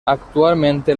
actualmente